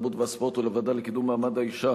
התרבות והספורט ולוועדה לקידום מעמד האשה